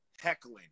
heckling